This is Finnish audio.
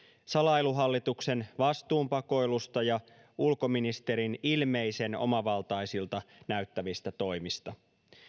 salailuhallituksen vastuunpakoilusta ja ulkoministerin ilmeisen omavaltaisilta näyttävistä toimista